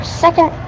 second